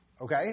Okay